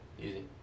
easy